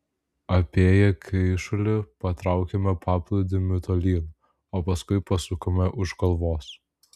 apėję kyšulį patraukėme paplūdimiu tolyn o paskui pasukome už kalvos